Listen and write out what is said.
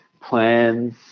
plans